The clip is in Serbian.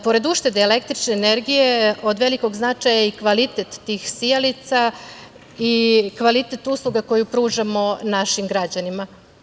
Pored uštede električne energije, od velikog značaja je i kvalitet tih sijalica i kvalitet usluga koje pružamo našim građanima.